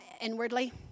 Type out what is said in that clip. inwardly